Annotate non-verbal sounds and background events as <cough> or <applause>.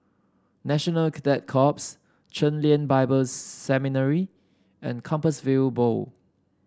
National Cadet Corps Chen Lien Bible <unintelligible> Seminary and Compassvale Bow